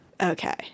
Okay